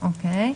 כן.